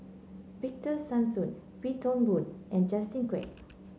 Victor Sassoon Wee Toon Boon and Justin Quek